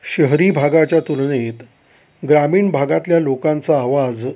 शहरी भागाच्या तुलनेत ग्रामीण भागातल्या लोकांचा आवाज